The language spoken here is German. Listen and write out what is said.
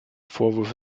vorwürfe